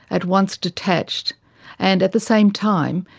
at once detached and at the same time,